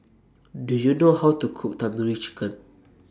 Do YOU know How to Cook Tandoori Chicken